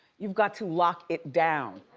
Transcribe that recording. you've got to lock it down,